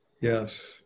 Yes